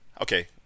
okay